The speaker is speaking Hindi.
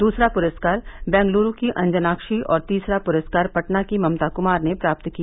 दूसरा पुरस्कार बैंगलूरू की अंजनाक्षी और तीसरा पुरस्कार पटना की ममता कुमार ने प्राप्त किया